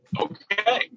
Okay